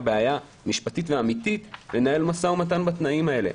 בעיה משפטית ואמיתית לנהל משא ומתן בתנאים האלה.